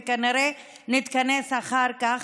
וכנראה נתכנס אחר כך,